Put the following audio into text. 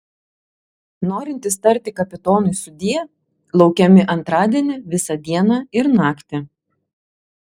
norintys tarti kapitonui sudie laukiami antradienį visą dieną ir naktį